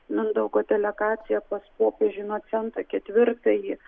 mindaugo delegacija pas popiežių inocentą ketvirtąjį